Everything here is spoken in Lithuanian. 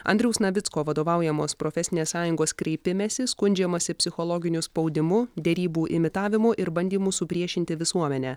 andriaus navicko vadovaujamos profesinės sąjungos kreipimesi skundžiamasi psichologiniu spaudimu derybų imitavimu ir bandymu supriešinti visuomenę